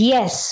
Yes